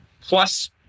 plus